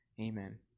Amen